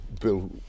Bill